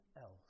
else